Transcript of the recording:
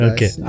Okay